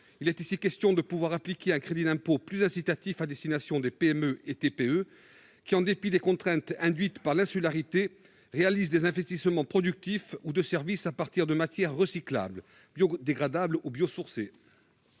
écologique, il vise à appliquer un crédit d'impôt plus incitatif aux PME et TPE qui, en dépit des contraintes induites par l'insularité, réalisent des investissements productifs ou de services à partir de matières recyclables, biodégradables ou biosourcées.